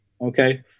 Okay